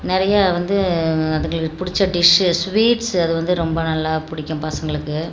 நிறையா வந்து அதுங்களுக்கு பிடிச்ச டிஷ்ஷு ஸ்வீட்ஸ்ஸு அது வந்து ரொம்ப நல்லா பிடிக்கும் பசங்களுக்கு